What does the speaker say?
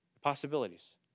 Possibilities